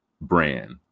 brand